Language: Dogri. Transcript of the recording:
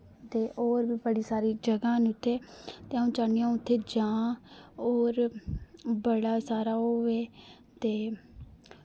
ते और बी बड़ी सारी जगहं न उत्थै ते अ'ऊं चाहन्नीं अ'ऊं उत्थे जां और बड़ा सारा होवे ते